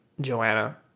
Joanna